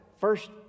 first